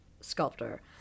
sculptor